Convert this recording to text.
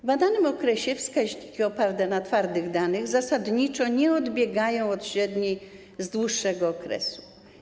W badanym okresie wskaźniki oparte na twardych danych zasadniczo nie odbiegają od średniej z dłuższego okresu.